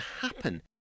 happen